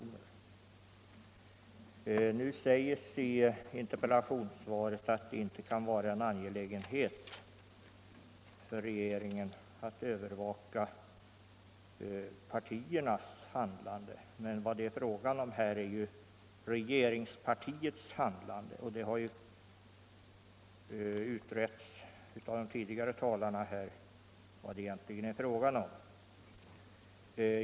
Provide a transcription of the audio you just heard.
Nu sägs det i interpellationssvaret att det inte kan vara en angelägenhet för regeringen att övervaka partiernas handlande, men vad det är fråga om här är ju regeringspartiets handlande. De föregående talarna har närmare utvecklat vad det egentligen är fråga om.